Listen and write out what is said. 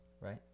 right